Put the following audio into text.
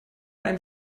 einen